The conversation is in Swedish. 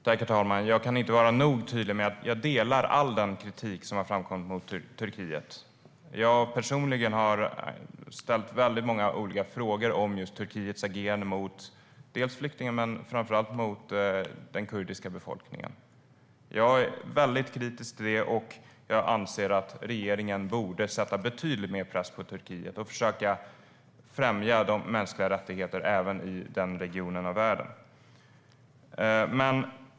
Herr talman! Jag kan inte vara nog tydlig med att jag delar all den kritik som har framkommit mot Turkiet. Jag har personligen ställt många olika frågor om Turkiets agerande mot flyktingar men framför allt mot den kurdiska befolkningen. Jag är väldigt kritisk till det, och jag anser att regeringen borde sätta betydligt mycket mer press på Turkiet och försöka främja de mänskliga rättigheterna även i den regionen.